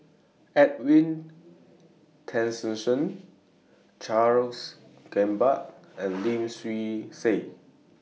Edwin Tessensohn Charles Gamba and Lim Swee Say